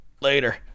Later